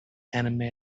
anime